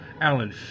Alan